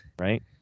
right